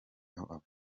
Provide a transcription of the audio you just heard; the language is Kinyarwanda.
aho